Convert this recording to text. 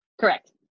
Correct